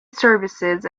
services